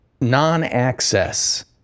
non-access